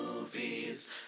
movies